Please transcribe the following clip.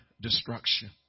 destruction